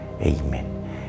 Amen